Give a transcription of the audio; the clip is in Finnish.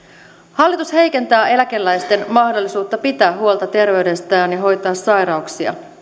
hallitus heikentää eläkeläisten mahdollisuutta pitää huolta terveydestään ja hoitaa sairauksia